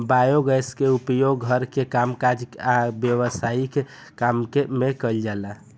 biogas के उपयोग घर के कामकाज आ व्यवसायिक काम में कइल जाला